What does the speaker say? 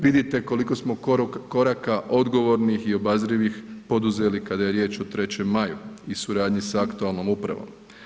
Vidite koliko smo koraka odgovornih i obazrivih poduzeli kada je riječ o Trećem maju i suradnji sa aktualnom upravom.